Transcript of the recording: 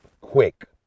quick